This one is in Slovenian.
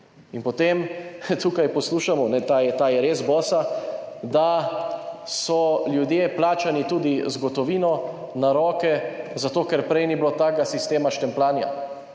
In potem tukaj poslušamo – ta je res bosa –, da so ljudje plačani tudi z gotovino na roke, zato ker prej ni bilo takega sistema štempljanja.